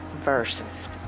verses